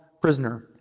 prisoner